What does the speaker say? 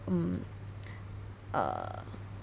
mm err